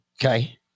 Okay